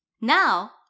Now